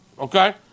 Okay